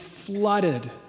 flooded